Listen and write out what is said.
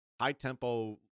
high-tempo